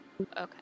Okay